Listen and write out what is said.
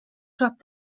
dropped